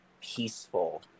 peaceful